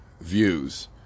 views